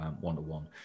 one-to-one